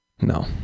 No